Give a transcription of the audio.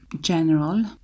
general